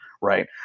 right